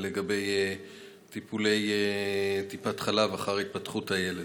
לגבי המעקב בטיפת חלב אחר התפתחות הילד.